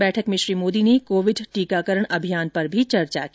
बैठक में श्री मोदी ने कोविड टीकाकरण अभियान पर भी चर्चा की